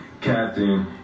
captain